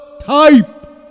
type